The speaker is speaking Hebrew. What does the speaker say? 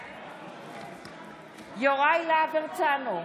בעד יוראי להב הרצנו,